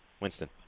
Winston